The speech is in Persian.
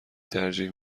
ترجیح